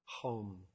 home